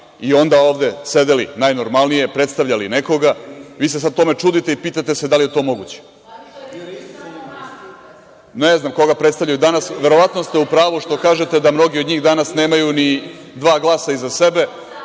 i onda ovde sedeli najnormalnije, predstavljali nekoga. Vi se sad tome čudite i pitate se da li je to moguće? Ne znam koga predstavljaju danas, verovatno ste u pravu što kažete da mnogi od njih nemaju ni dva glasa iza sebe.